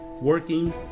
working